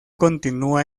continúa